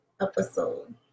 episode